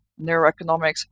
neuroeconomics